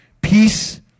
Peace